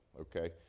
okay